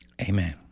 Amen